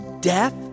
death